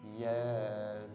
yes